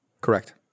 Correct